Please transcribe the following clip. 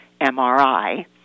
MRI